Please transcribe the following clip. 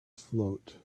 float